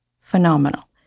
phenomenal